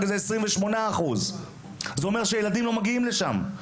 זה 28%. זה אומר שילדים לא מגיעים לשם.